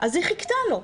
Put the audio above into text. אז היא חיכתה לו.